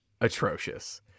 atrocious